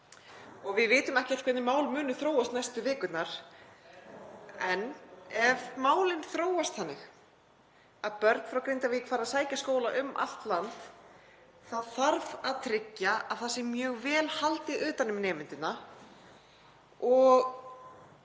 Við vitum ekkert hvernig mál munu þróast næstu vikurnar en ef málin þróast þannig að börn frá Grindavík fara að sækja skóla um allt land þá þarf að tryggja að það sé mjög vel haldið utan um nemendurna og kennarana. Kennararnir